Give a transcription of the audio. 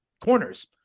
corners